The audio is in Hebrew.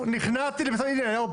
הנה,